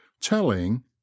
telling